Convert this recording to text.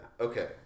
Okay